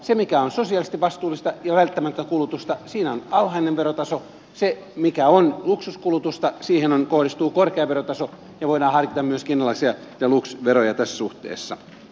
siinä mikä on sosiaalisesti vastuullista ja välttämätöntä kulutusta on alhainen verotaso ja siihen mikä on luksuskulutusta kohdistuu korkea verotaso ja voidaan harkita myös kiinalaisia de luxe veroja tässä suhteessa